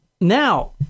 Now